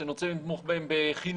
כשאני רוצה לתמוך בהם בחינוך,